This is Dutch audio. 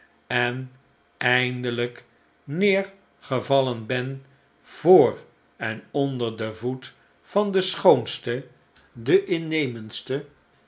en eindelijk neergevallen ben voor en onder den voet van de schoonste de innemendste